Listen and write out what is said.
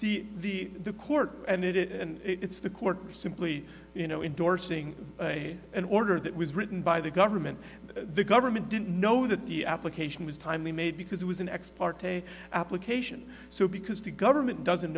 the the the court and it and it's the court simply you know indorsing an order that was written by the government the government didn't know that the application was timely made because it was an ex parte application so because the government doesn't